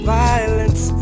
violence